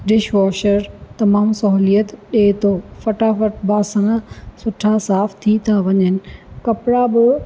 dish washer तमामु सहुलियत ॾिए थो फटाफटि बासण सुठा साफ़ु थी था वञनि कपिड़ा ब